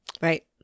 right